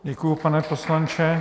Děkuji, pane poslanče.